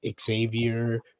xavier